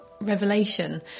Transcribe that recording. revelation